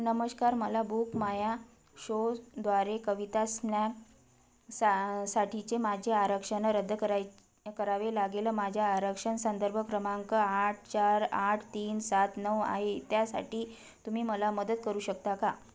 नमश्कार मला book my शोद्वारे कविता स्नॅपसा साठीचे माझे आरक्षण रद्द कराय करावे लागेल माझ्या आरक्षण संदर्भ क्रमांक आठ चार आठ तीन सात नऊ आहे त्यासाठी तुम्ही मला मदत करू शकता का